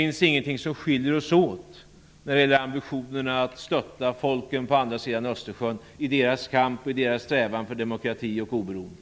finns ingenting som skiljer oss åt när det gäller ambitionerna att stötta folken på andra sidan Östersjön i deras kamp och i deras strävan för demokrati och oberoende.